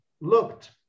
looked